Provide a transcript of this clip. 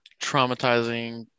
traumatizing